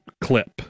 clip